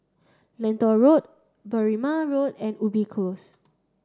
Lentor Road Berrima Road and Ubi Close